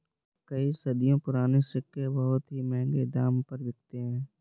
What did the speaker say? कई सदियों पुराने सिक्के बहुत ही महंगे दाम पर बिकते है